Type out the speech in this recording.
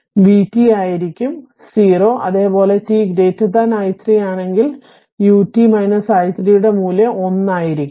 അതിനാൽ vt ആയിരിക്കും 0 അതെ പോലെ t i3 ആണെങ്കിൽ utut i3 ടെ മൂല്യം 1 ആയിരിക്കും